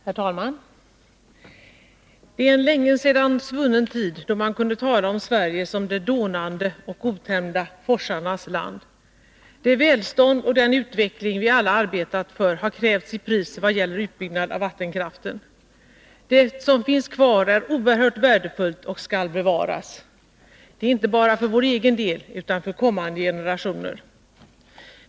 Herr talman! Det är en länge sedan svunnen tid då man kunde tala om Sverige som de dånande och otämjda forsarnas land. Det välstånd och den utveckling som vi alla har arbetat för har krävt sitt pris vad gäller utbyggnad av vattenkraften. Det som finns kvar är oerhört värdefullt och skall bevaras, inte bara för vår egen del utan för kommande generationer.